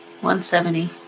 170